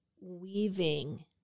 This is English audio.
weaving